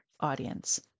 audience